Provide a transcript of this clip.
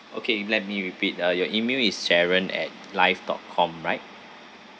okay let me repeat uh your email is sharon at live dot com right